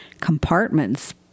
compartments